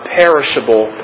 perishable